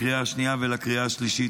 לקריאה השנייה ולקריאה השלישית,